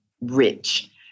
rich